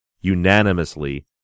unanimously